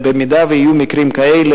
אם יהיו מקרים כאלה,